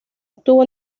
obtuvo